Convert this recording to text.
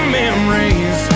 memories